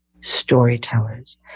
storytellers